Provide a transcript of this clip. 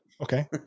Okay